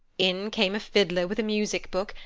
in came a fiddler with a music-book,